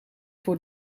voor